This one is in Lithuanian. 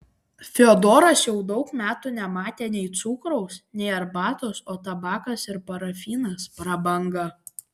fiodoras jau daug metų nematė nei cukraus nei arbatos o tabakas ir parafinas prabanga